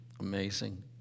amazing